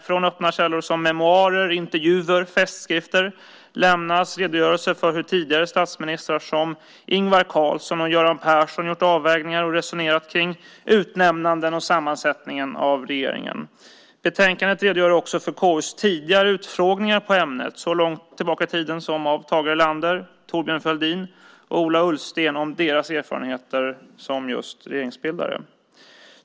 Från öppna källor som memoarer, intervjuer och festskrifter lämnas redogörelser för hur tidigare statsministrar som Ingvar Carlsson och Göran Persson gjort avvägningar och resonerat kring utnämningar och sammansättningen av regeringen. Betänkandet redogör också för KU:s tidigare utfrågningar i ämnet så långt tillbaka i tiden som av Tage Erlander, Thorbjörn Fälldin och Ola Ullsten om deras erfarenheter som just regeringsbildare.